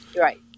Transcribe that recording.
Right